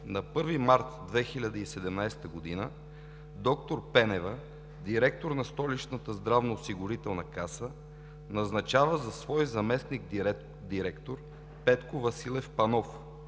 На 1 март 2017 г. д-р Пенева – директор на Столичната здравноосигурителна каса, назначава за свой заместник-директор Петко Василев Панов,